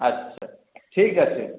আচ্ছা ঠিক আছে